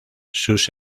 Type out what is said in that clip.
sus